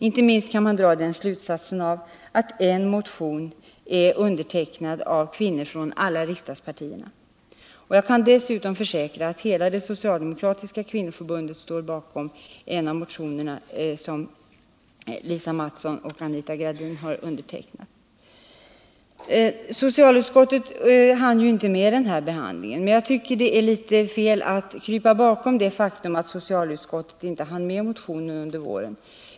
Inte minst kan man dra den slutsatsen av att en motion är undertecknad av kvinnor från alla riksdagspartierna. Jag kan dessutom försäkra att hela det socialdemokratiska kvinnoförbundet står bakom den motion som Lisa Mattson och Anita Gradin har undertecknat. Socialutskottet hann inte med att behandla dessa motioner under detta riksmöte, men det ärlitet fel av statsrådet att krypa bakom detta faktum.